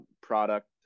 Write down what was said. product